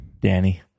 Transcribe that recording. Danny